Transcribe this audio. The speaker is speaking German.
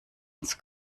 ins